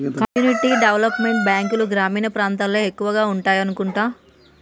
community development బ్యాంకులు గ్రామీణ ప్రాంతాల్లో ఎక్కువగా ఉండాయనుకుంటా